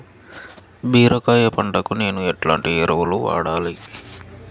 బీరకాయ పంటకు నేను ఎట్లాంటి ఎరువులు వాడాలి?